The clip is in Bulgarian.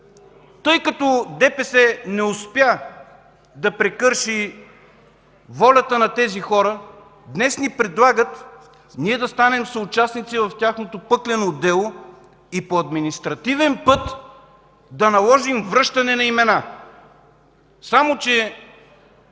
Тъй като ДПС не успя да прекърши волята на тези хора, днес ни предлагат ние да станем съучастници в тяхното пъклено дело и по административен път да наложим връщане на имена. Само че,